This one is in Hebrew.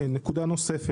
כן, נקודה נוספת.